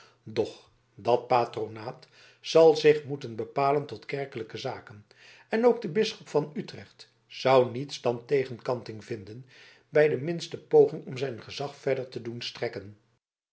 doch dat patronaat zal zich moeten bepalen tot kerkelijke zaken en ook de bisschop van utrecht zou niets dan tegenkanting vinden bij de minste poging om zijn gezag verder te doen strekken